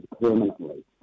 permanently